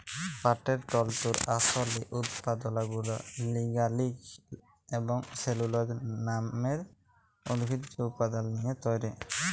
পাটের তল্তুর আসলি উৎপাদলগুলা লিগালিল এবং সেলুলজ লামের উদ্ভিজ্জ উপাদাল দিঁয়ে তৈরি